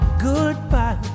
goodbye